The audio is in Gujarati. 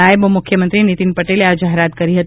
નાયબ મુખ્યમંત્રી નીતિન પટેલે આ જાહેરાત કરી હતી